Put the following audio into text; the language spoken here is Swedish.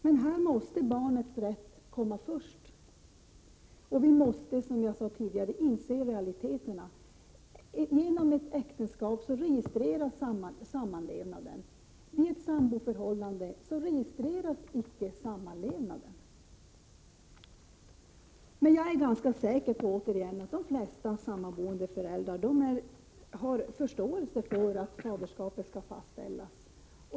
Men i detta sammanhang måste barnets rätt komma i första hand, och vi måste inse realiteterna. Genom ett giftermål registreras sammanlevnaden, men i ett samboförhållande registreras inte sammanlevnaden. Jag är emellertid ganska säker på att de flesta sammanboende föräldrar har förståelse för att faderskapet skall fastställas.